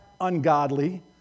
ungodly